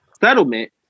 settlement